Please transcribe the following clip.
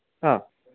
ആ